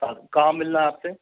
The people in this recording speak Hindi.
कहाँ मिलना हैं आपसे